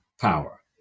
power